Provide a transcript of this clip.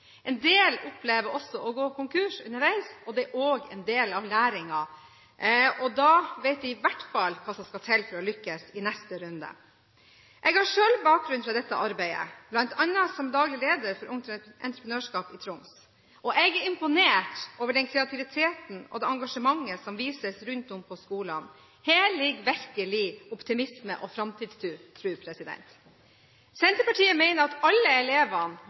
En del opplever å gå konkurs underveis. Det er også en del av læringen. Da vet de i hvert fall hva som skal til for å lykkes i neste runde. Jeg har selv bakgrunn fra dette arbeidet, bl.a. som daglig leder for Ungt Entreprenørskap i Troms. Jeg er imponert over den kreativiteten og det engasjementet som vises rundt om på skolene. Her ligger det virkelig optimisme og framtidstro. Senterpartiet mener at alle elevene,